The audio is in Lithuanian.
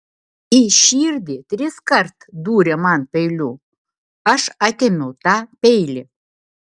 į širdį triskart dūrė man peiliu aš atėmiau tą peilį